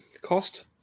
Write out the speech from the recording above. cost